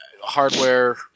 Hardware